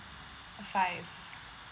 five